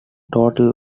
total